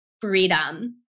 freedom